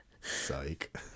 Psych